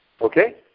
Okay